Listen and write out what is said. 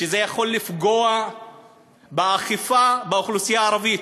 שזה יכול לפגוע באכיפה באוכלוסייה הערבית,